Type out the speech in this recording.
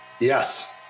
Yes